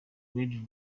red